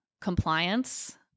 compliance